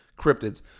Cryptids